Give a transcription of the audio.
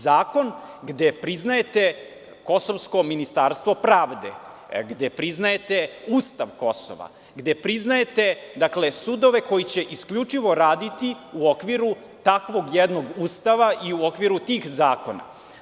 Zakon gde priznajete kosovsko ministarstvo pravde, gde priznajete ustav Kosova, gde priznajete sudove koji će isključivo raditi u okviru takvog jednog ustava i u okviru tih zakona.